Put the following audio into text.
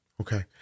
Okay